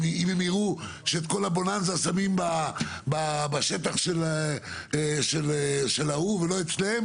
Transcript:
אם הם יראו שאת כל הבוננזה שמים בשטח של ההוא ולא אצלם,